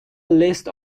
list